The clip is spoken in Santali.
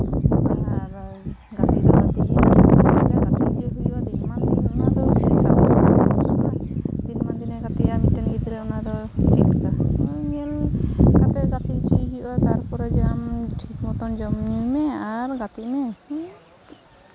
ᱛᱟᱦᱚᱞᱮ ᱟᱨ ᱜᱟᱛᱮ ᱜᱟᱛᱮᱜ ᱜᱮ ᱦᱩᱭᱩᱜᱼᱟ ᱫᱤᱱᱟᱹᱢᱟᱱ ᱜᱟᱛᱮᱜᱼᱟ ᱢᱤᱫᱴᱮᱱ ᱜᱤᱫᱽᱨᱟᱹ ᱚᱱᱟᱫᱚ ᱪᱮᱫ ᱞᱮᱠᱟ ᱦᱩᱭᱩᱜᱼᱟ ᱚᱱᱟ ᱧᱮᱞ ᱠᱟᱛᱮᱫ ᱜᱟᱛᱮᱜ ᱦᱚᱪᱚᱭ ᱦᱩᱭᱩᱜᱼᱟ ᱛᱟᱨᱯᱚᱨᱮ ᱡᱟᱦᱟᱸᱢ ᱴᱷᱤᱠ ᱢᱚᱛᱳ ᱡᱚᱢᱼᱧᱤᱭ ᱢᱮ ᱟᱨ ᱜᱟᱛᱮᱜ ᱢᱮ ᱱᱤᱭᱟᱹ